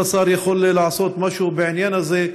אם השר יכול לעשות משהו בעניין הזה,